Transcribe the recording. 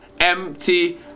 empty